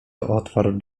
otwarł